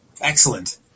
Excellent